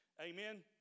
amen